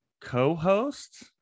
co-host